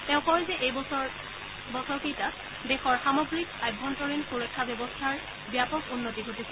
তেওঁ কয় যে এই বছৰ কেইটাত দেশৰ সামগ্ৰিক অভ্যন্তৰীণ সুৰক্ষা ব্যবস্থাৰ ব্যাপক উন্নতি ঘটিছে